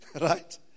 right